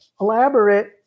elaborate